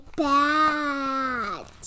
bad